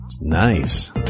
Nice